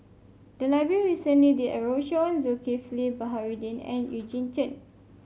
the library recently did a roadshow on Zulkifli Baharudin and Eugene Chen